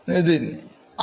Nithin yes